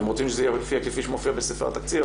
אתם רוצים שזה יופיע כפי שמופיע בספר התקציב,